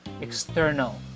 external